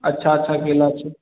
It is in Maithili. अच्छा अच्छा केला छै